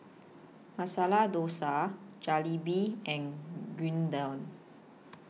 Masala Dosa Jalebi and Gyudon